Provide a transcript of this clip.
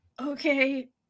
okay